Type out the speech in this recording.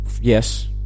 Yes